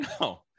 no